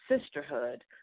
Sisterhood